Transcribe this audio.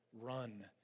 run